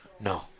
No